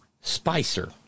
Spicer